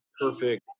perfect